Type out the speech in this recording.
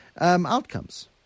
outcomes